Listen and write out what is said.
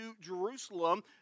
Jerusalem